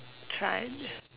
trunk